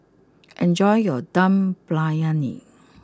enjoy your Dum Briyani